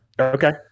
Okay